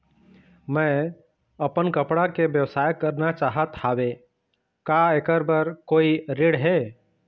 मैं अपन कपड़ा के व्यवसाय करना चाहत हावे का ऐकर बर कोई ऋण हे?